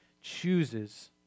chooses